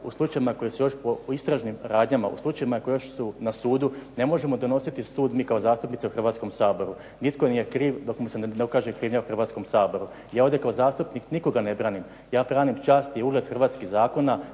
u slučajevima koji su još u istražnim radnjama, u slučajevima koji još su na sudu, ne možemo donositi sud ni kao zastupnica u Hrvatskom saboru. Nitko nije kriv dok mu se ne dokaže krivnja u Hrvatskom saboru. Ja ovdje kao zastupnik nikoga ne branim, ja branim čast i ugled hrvatskih zakona,